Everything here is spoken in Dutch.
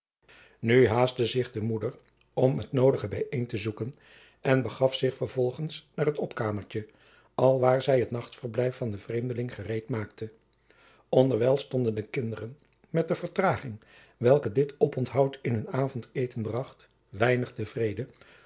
nu haastte zich de moeder om het noodige bijeen te zoeken en begaf zich vervolgens naar het opkamertje alwaar zij het nachtverblijf van den vreemdeling gereed maakte onderwijl stonden de kinderen met de vertraging welke dit oponthoud in hun avondeten bracht weinig